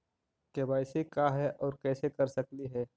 KYC का है, और कैसे कर सकली हे?